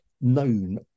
known